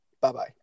Bye-bye